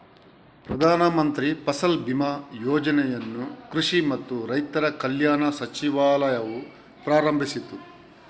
ಪ್ರಧಾನ ಮಂತ್ರಿ ಫಸಲ್ ಬಿಮಾ ಯೋಜನೆಯನ್ನು ಕೃಷಿ ಮತ್ತು ರೈತರ ಕಲ್ಯಾಣ ಸಚಿವಾಲಯವು ಪ್ರಾರಂಭಿಸಿತು